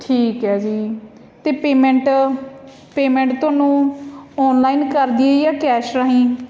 ਠੀਕ ਹੈ ਜੀ ਅਤੇ ਪੇਮੈਂਟ ਪੇਮੈਂਟ ਤੁਹਾਨੂੰ ਆਨਲਾਈਨ ਕਰ ਦੇਈਏ ਜਾਂ ਕੈਸ਼ ਰਾਹੀਂ